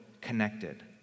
connected